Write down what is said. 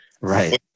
right